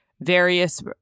various